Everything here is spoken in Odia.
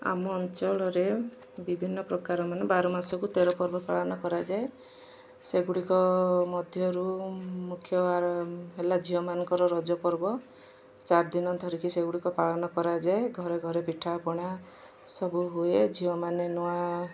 ଆମ ଅଞ୍ଚଳରେ ବିଭିନ୍ନ ପ୍ରକାର ମାନେ ବାର ମାସକୁ ତେର ପର୍ବ ପାଳନ କରାଯାଏ ସେଗୁଡ଼ିକ ମଧ୍ୟରୁ ମୁଖ୍ୟ ହେଲା ଝିଅମାନଙ୍କର ରଜ ପର୍ବ ଚାରିଦିନ ଧରିକି ସେଗୁଡ଼ିକ ପାଳନ କରାଯାଏ ଘରେ ଘରେ ପିଠାପଣା ସବୁ ହୁଏ ଝିଅମାନେ ନୂଆ